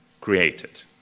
created